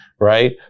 right